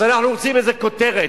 אנחנו רוצים כותרת,